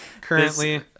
currently